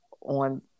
on